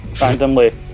randomly